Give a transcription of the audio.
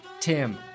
Tim